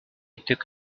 took